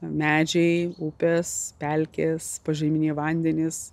medžiai upės pelkės požeminiai vandenys